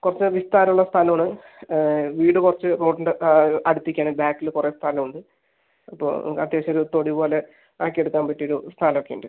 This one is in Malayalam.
കുറച്ച് വിസ്താരം ഉള്ള സ്ഥലം ആണ് വീട് കുറച്ച് റോഡിൻ്റ അടുത്തേക്ക് ആണ് ബാക്കിൽ കുറേ സ്ഥലം ഉണ്ട് അപ്പോൾ നമുക്ക് അത്യാവശ്യം ഒരു തൊടി പോലെ ആക്കി എടുക്കാൻ പറ്റിയ ഒരു സ്ഥലം ഒക്കെ ഉണ്ട്